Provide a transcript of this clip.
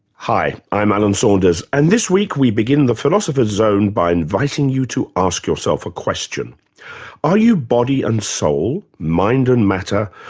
hi, i'm alan saunders and this week we begin the philosopher's zone by inviting you to ask yourself a question are you body and soul, mind and matter,